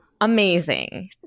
amazing